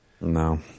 No